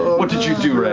what did you do, ray?